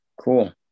Cool